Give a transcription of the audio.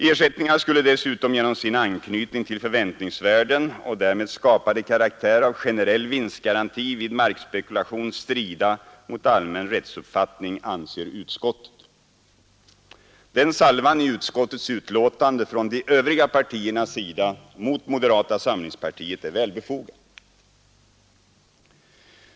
Ersättningar skulle dessutom genom sin anknytning till förväntningsvärden och därmed skapade karaktär av generell vinstgaranti vid markspekulation strida mot allmän rättsuppfattning, anser utskottet. Den salvan i utskottets betänkande från de övriga partiernas sida mot moderata samlingspartiet är välbefogad.